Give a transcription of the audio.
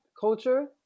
culture